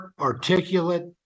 articulate